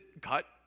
cut